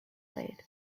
blade